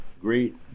great